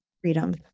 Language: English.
Freedom